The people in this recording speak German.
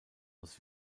aus